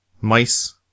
mice